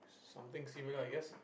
something similar I guess